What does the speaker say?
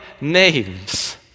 names